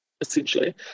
essentially